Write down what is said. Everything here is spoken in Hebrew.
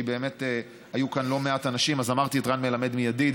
כי באמת היו כאן לא מעט אנשים אז אמרתי את רן מלמד מידיד,